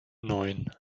neun